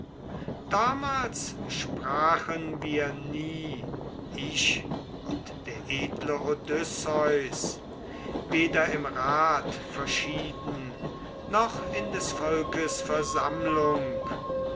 damals sprachen wir nie ich und der edle odysseus weder im rat verschieden noch in des volkes versammlung